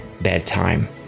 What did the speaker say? bedtime